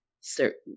certain